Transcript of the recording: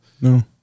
No